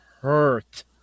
hurt